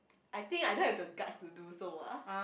I think I don't have the guts to do so ah